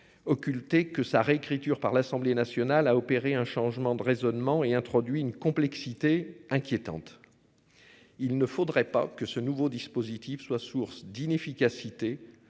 occulter que sa réécriture par l'Assemblée nationale a opéré un changement de raisonnement et introduit une complexité inquiétante. Il ne faudrait pas que ce nouveau dispositif soit source d'inefficacité